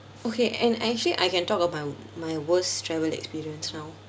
okay and actually I can talk about my worst travel experience now